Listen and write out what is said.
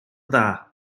dda